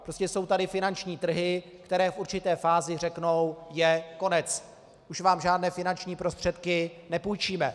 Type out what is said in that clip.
Prostě jsou tady finanční trhy, které v určité fázi řeknou: je konec, už vám žádné finanční prostředky nepůjčíme.